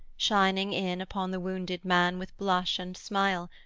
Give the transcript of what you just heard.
shining in upon the wounded man with blush and smile,